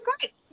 great